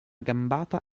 gambata